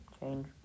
change